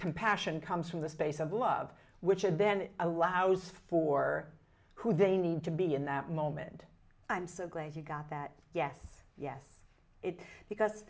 compassion comes from the space of love which would then allows for who they need to be in that moment i'm so glad you got that yes yes it's because